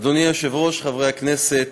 אדוני היושב-ראש, חברי הכנסת,